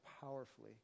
powerfully